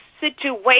Situation